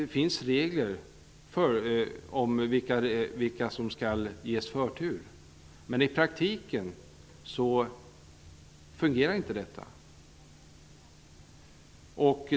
Det finns regler om vilka brott som skall ges förtur, men i praktiken fungerar inte dessa.